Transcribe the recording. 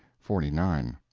forty nine.